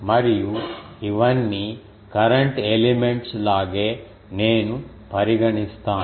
మరియు ఇవన్నీ current elements లాగే నేను పరిగణిస్తాను